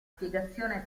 spiegazione